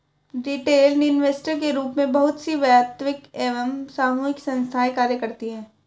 retail investor के रूप में बहुत सी वैयक्तिक एवं सामूहिक संस्थाएं कार्य करती हैं